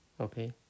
Okay